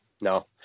No